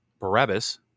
Barabbas